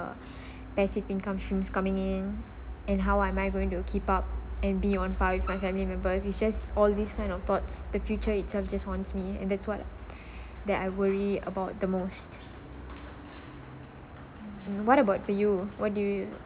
our passive income streams coming in and how am I going to keep up and be on par with my family members is just all these kind of thought the future itself just haunts me and that's what that I worry about the most what about for you what do you